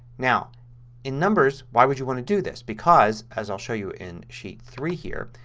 now in numbers why would you want to do this because, as i'll show you in sheet three here,